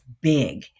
big